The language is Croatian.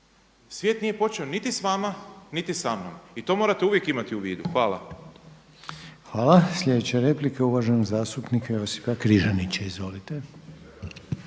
svijet nije počeo niti s vama, niti sa mnom. I to morate imati uvije u vidu. Hvala. **Reiner, Željko (HDZ)** Hvala. Slijedeća replika uvaženog zastupnika Josipa Križanića. Izvolite.